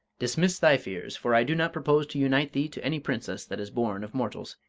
dismiss thy fears, for i do not propose to unite thee to any princess that is born of mortals.